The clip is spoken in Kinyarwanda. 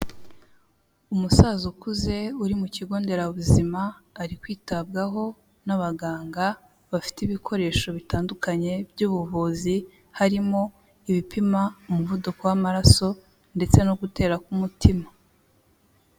Umusaza ukuze uri mu kigo nderabuzima, ari kwitabwaho n'abaganga bafite ibikoresho bitandukanye by'ubuvuzi, harimo ibipima umuvuduko w'amaraso ndetse no gutera k'umutima.